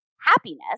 happiness